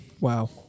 wow